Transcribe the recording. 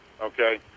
okay